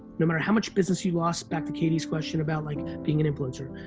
no matter how much business you lost, back to katee's question about like being an influencer,